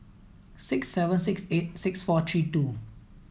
six seven six eight six four three two